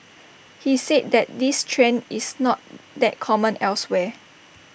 he said that this trend is not that common elsewhere